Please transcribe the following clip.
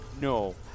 No